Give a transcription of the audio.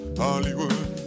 hollywood